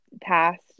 past